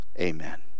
amen